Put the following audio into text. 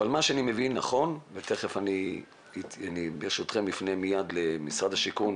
אבל ממה שאני מבין, ואפנה מיד לנציג משרד השיכון,